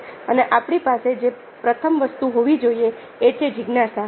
અને આપણી પાસે જે પ્રથમ વસ્તુ હોવી જોઈએ એ છે જિજ્ઞાસા